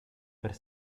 per